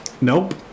Nope